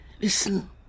Listen